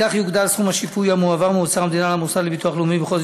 בכך יוגדל סכום השיפוי המועבר מאוצר המדינה למוסד לביטוח לאומי בחודש